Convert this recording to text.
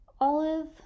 Olive